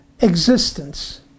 existence